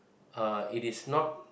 uh it is not